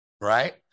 Right